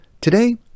Today